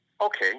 Okay